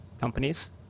companies